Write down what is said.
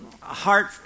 heart